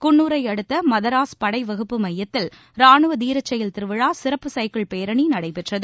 குள்லூரையடுத்த மதராஸ் படை வகுப்பு மையத்தில் ராணுவ தீரச்செயல் திருவிழா சிறப்பு சைக்கிள் பேரணி நடைபெற்றது